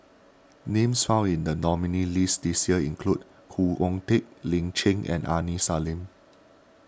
names found in the nominees' list this year include Khoo Oon Teik Lin Chen and Aini Salim